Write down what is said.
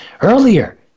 earlier